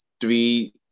three